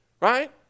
right